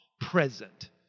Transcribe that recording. present